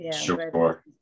Sure